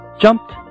jumped